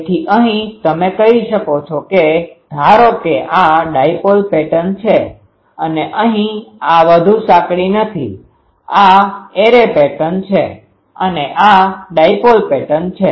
તેથી અહીં તમે કહી શકો છો કે ધારો કે આ ડાયપોલ પેટર્ન છે અને અહીં આ વધુ સાંકડી નથી આ એરે પેટર્ન છે અને આ ડાયપોલ પેટર્ન છે